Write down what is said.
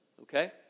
okay